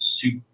super